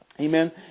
Amen